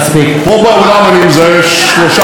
פה באולם אני מזהה שלושה אנשים שהיו שם.